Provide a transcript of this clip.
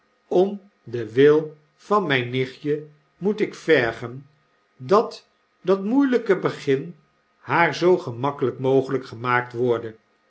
om den wil van mp nichtje moet ik vergen dat dat moeielpe begin haar zoo gemakkelp mogelp gemaakt worde